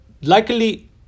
likely